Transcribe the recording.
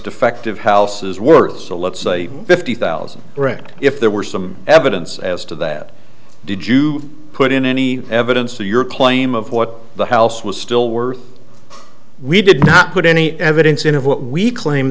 defective house is worth so let's say fifty thousand wrecked if there were some evidence as to that did you put in any evidence to your claim of what the house was still worth we did not put any evidence in of what we claim